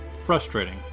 frustrating